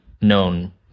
known